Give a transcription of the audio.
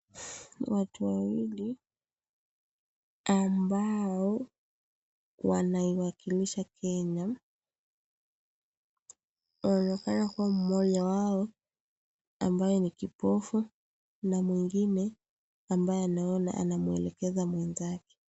Watu wawili ambao wanaiwakilisha Kenya anaonekana kuwa mmoja wao ambaye ni kipofu na mwingine ambaye anaona anamwelekeza mwenzake.